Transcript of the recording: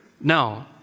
No